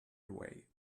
away